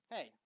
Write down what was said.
Hey